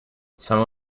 some